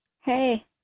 Hey